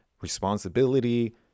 responsibility